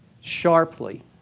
sharply